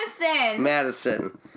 Madison